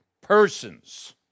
persons